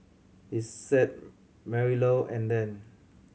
Lisette Marilou and Dan